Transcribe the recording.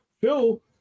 Phil